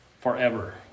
forever